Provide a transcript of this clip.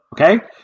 okay